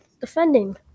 Defending